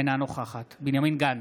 אינה נוכחת בנימין גנץ,